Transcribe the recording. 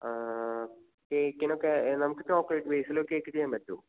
കേക്കിനൊക്കെ നമുക്ക് ചോക്ലേറ്റ് ബേസിലൊരു കേക്ക് ചെയ്യാൻ പറ്റുമോ